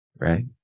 right